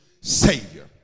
Savior